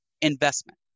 investment